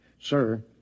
Sir